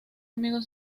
amigos